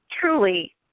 truly